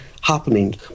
happening